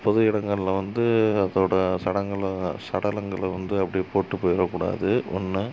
பொது இடங்களில் வந்து அதோடய சடலங்கள சடலங்களை வந்து அப்படியே போட்டு போயிடக்கூடாது ஒன்று